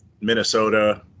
Minnesota